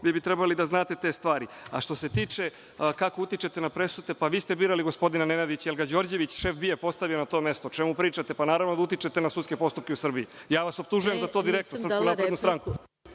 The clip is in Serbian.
trebalo bi da znate te stvari. Što se tiče kako utičete na presude, vi ste birali gospodina Nenadića, jel ga Đorđević, šef BIA postavio na to mesto, o čemu pričate? Naravno da utičete na sudske postupke u Srbiji, ja vas optužujem za to direktno, SNS.(Vladimir